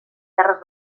terres